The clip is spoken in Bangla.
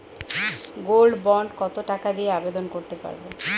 গোল্ড বন্ড কত টাকা দিয়ে আবেদন করতে পারবো?